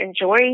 enjoy